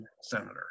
senator